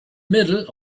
middle